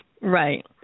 Right